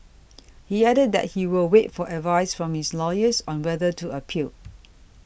he added that he will wait for advice from his lawyers on whether to appeal